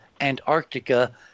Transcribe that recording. Antarctica